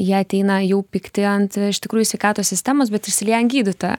jie ateina jų pikti ant iš tikrųjų sveikatos sistemos bet išsilieja an gydytojo